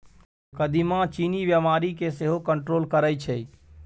कदीमा चीन्नी बीमारी केँ सेहो कंट्रोल करय छै